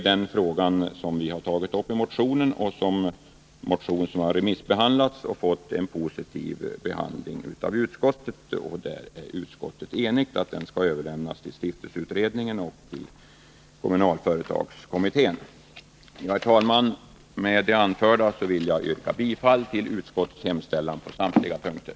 Vår motion har efter remissbehandling fått en positiv behandling av utskottet, som är enigt om att föreslå att motionen överlämnas till stiftelseutredningen och kommunalföretagskommittén. Herr talman! Med det anförda vill jag yrka bifall till utskottets hemställan på samtliga punkter.